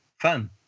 fun